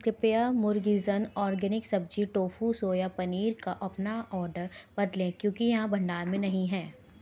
कृपया मुरगिनज़ ऑर्गेनिक सब्ज़ी टोफू सोया पनीर का अपना ऑर्डर बदलें क्योंकि यह भंडार में नहीं है